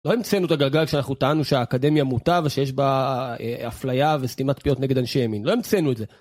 לא המצאנו את הגלגל כשאנחנו טענו שהאקדמיה מוטה ושיש בה אפליה וסתימת פיות נגד אנשי ימין, לא המצאנו את זה.